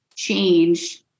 change